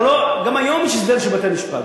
גם היום יש הסדר של בתי-משפט.